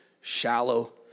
shallow